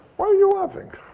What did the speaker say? why are you laughing?